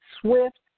swift